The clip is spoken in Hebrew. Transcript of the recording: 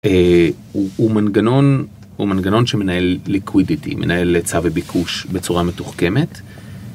הוא מנגנון שמנהל ליקווידיטי, מנהל עצב וביקוש בצורה מתוחכמת.